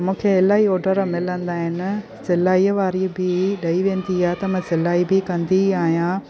मूंखे इलाही ऑडर मिलंदा आहिनि सिलाई वारी बि ॾेई वेंदी आहे त मां सिलाई बि कंदी आहियां